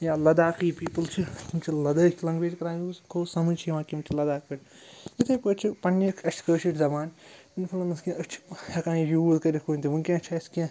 یا لداخٕے پیٖپٕل چھِ تِم چھِ لدٲخۍ لینٛگویج کَران یوٗز کھوٚ سَمٕجھ چھِ یِوان کہِ یِم چھِ لداخ پٲٹھۍ یِتھَے پٲٹھۍ چھِ پنٛنہِ اَسہِ کٲشِر زَبان اِنفُلَنس کیٚنٛہہ أسۍ چھِ ہٮ۪کان یہِ یوٗز کٔرِتھ کُنہِ تہِ وٕنکٮ۪نَس چھِ اَسہِ کیٚنٛہہ